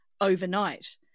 overnight